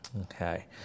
Okay